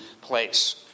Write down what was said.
place